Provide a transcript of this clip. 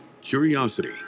curiosity